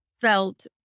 felt